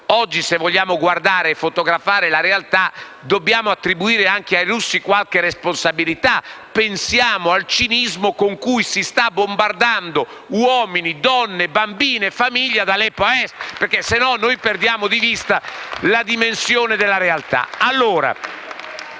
oggi se vogliamo guardare e fotografare la realtà, dobbiamo attribuire anche ai russi qualche responsabilità. Pensiamo al cinismo con cui si stanno bombardando uomini, donne, bambini e famiglie ad Aleppo Est, altrimenti perdiamo di vista la dimensione della realtà.